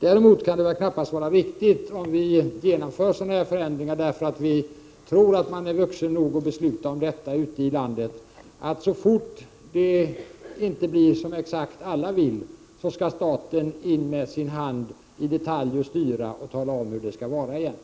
Däremot kan det knappast vara riktigt att staten går in och i detalj styr och talar om hur det skall vara, när denna förändring har gjorts just därför att vi tror att man ute i landet är vuxen nog att besluta om detta.